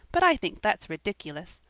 but i think that's ridiculous.